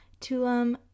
Tulum